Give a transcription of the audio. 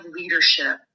leadership